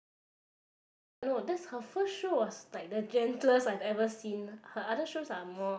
ya the 软绵绵 but no that's her first show was like the gentlest I have ever seen her other shows are more